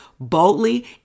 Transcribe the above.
Boldly